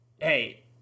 hey